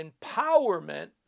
empowerment